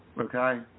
Okay